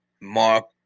mark